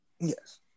Yes